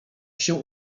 się